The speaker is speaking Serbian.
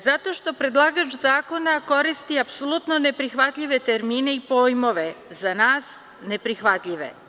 Zato što predlagač zakona koristi apsolutno neprihvatljive termine i pojmove, za nas neprihvatljive.